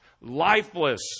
lifeless